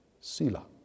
Sila